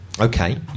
Okay